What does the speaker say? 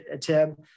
Tim